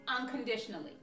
unconditionally